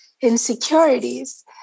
insecurities